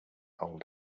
old